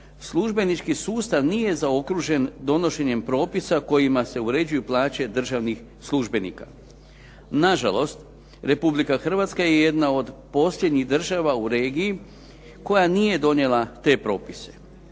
službenički sustav nije zaokružen donošenjem propisa kojima se uređuju plaće državnih službenika. Nažalost, Republika Hrvatska je jedna od posljednjih država u regiji koja nije donijela te propise.